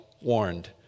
warned